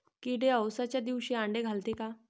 किडे अवसच्या दिवशी आंडे घालते का?